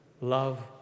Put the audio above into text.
Love